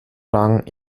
rang